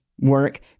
work